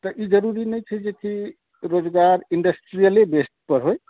तऽ ई जरूरी नहि छै जेकि रोजगार इंडस्ट्रियलिये बेसिस पर होय